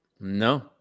no